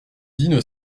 dino